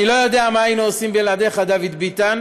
אני לא יודע מה היינו עושים בלעדיך, דוד ביטן.